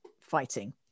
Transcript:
fighting